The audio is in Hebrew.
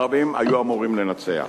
הערבים אמורים היו לנצח.